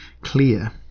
clear